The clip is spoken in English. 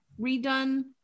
redone